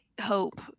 hope